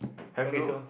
have you